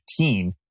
15